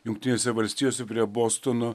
jungtinėse valstijose prie bostono